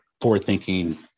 forward-thinking